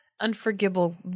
unforgivable